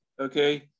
okay